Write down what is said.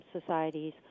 societies